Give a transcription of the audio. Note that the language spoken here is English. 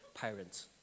parents